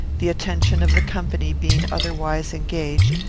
the attention of the company being otherwise engaged,